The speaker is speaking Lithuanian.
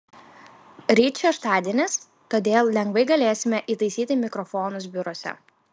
ryt šeštadienis todėl lengvai galėsime įtaisyti mikrofonus biuruose